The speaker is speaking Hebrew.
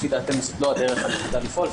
לפי דעתנו זאת לא הדרך היחידה לפעול,